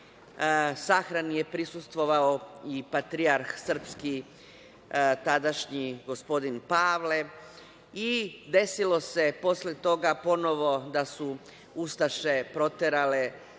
Sahrani je prisustvovao i patrijarh srpski, tadašnji gospodin Pavle i desilo se posle toga ponovo da su ustaše proterale